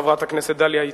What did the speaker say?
חברת הכנסת דליה איציק.